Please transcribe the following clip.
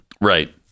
Right